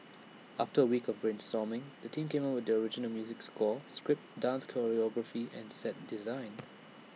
after weeks of brainstorming the team came up with the original music score script dance choreography and set design